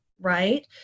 right